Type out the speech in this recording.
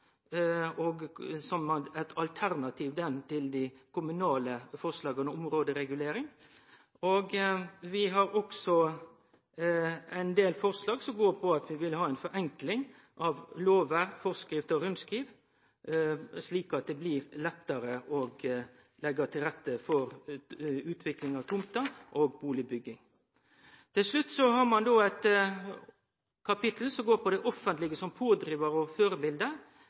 som eit alternativ til dei kommunale forslaga om områderegulering. Vi har også eit forslag som går på ei forenkling av lovar, forskrifter og rundskriv, slik at det blir lettare å leggje til rette for utvikling av tomter og bustadbygging. Til slutt til kapittelet som går på det offentlege som pådrivar og